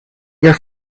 your